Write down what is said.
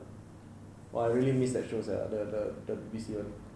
!wah! I really miss that show sia the the the B_C one